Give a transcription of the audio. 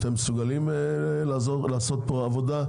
אתם מסוגלים לעשות פה עבודה?